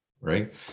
right